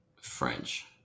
French